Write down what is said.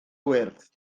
gwyrdd